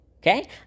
Okay